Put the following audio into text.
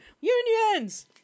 Unions